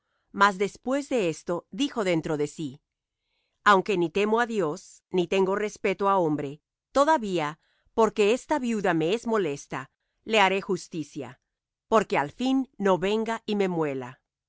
mas después de esto dijo dentro de sí aunque ni temo á dios ni tengo respeto á hombre todavía porque esta viuda me es molesta le haré justicia porque al fin no venga y me muela